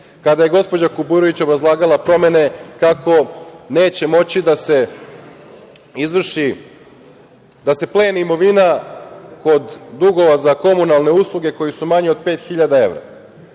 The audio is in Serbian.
kada je gospođa Kuburović obrazlagala promene kako neće moći da se pleni imovine kod dugova za komunalne usluge koji su manji od 5.000 evra.